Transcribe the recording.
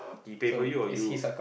he pay for you or you